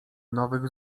nowych